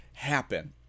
happen